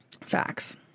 Facts